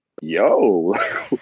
yo